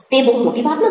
તે બહુ મોટી વાત નથી